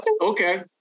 okay